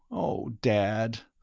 oh, dad!